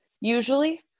usually